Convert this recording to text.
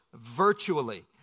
virtually